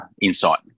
insight